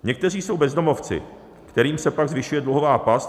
Někteří jsou bezdomovci, kterým se pak zvyšuje dluhová past.